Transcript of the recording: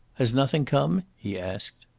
has nothing come? he asked.